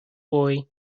boy